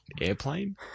Airplane